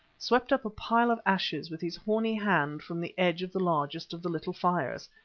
swept up a pile of ashes with his horny hand from the edge of the largest of the little fires,